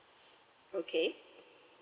okay